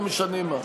לא משנה מה.